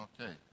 Okay